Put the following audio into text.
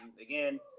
again